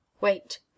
Wait